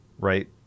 right